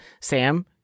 Sam